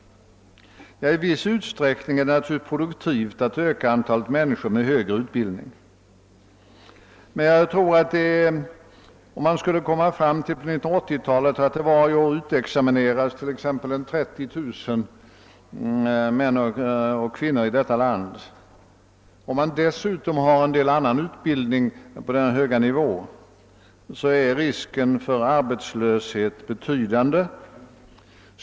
I viss utsträckning är det naturligtvis produktivt att öka antalet personer med högre utbildning. Om man emellertid på 1980-talet skulle komma fram till en utexamination vid universiteten av t.ex. 30 000 män och kvinnor i vårt land samtidigt som man bedriver en hel del undervisning av annat slag på denna höga nivå, blir risken för arbetslöshet betydande.